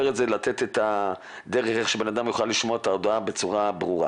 את זה לתת דרך שאדם יוכל לשמוע את ההודעה בצורה ברורה